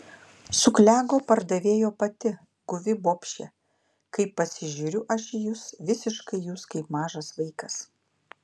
suklego pardavėjo pati guvi bobšė kai pasižiūriu aš į jus visiškai jūs kaip mažas vaikas